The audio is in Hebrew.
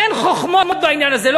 אין חוכמות בעניין הזה,